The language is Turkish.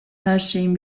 herşeyin